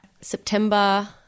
September